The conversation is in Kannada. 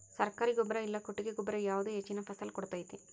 ಸರ್ಕಾರಿ ಗೊಬ್ಬರ ಇಲ್ಲಾ ಕೊಟ್ಟಿಗೆ ಗೊಬ್ಬರ ಯಾವುದು ಹೆಚ್ಚಿನ ಫಸಲ್ ಕೊಡತೈತಿ?